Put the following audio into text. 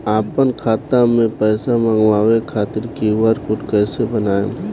आपन खाता मे पैसा मँगबावे खातिर क्यू.आर कोड कैसे बनाएम?